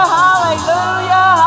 hallelujah